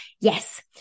Yes